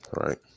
right